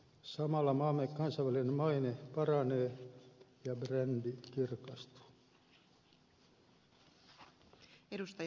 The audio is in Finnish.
samalla maamme kansainvälinen maine paranee ja brändi kirkastuu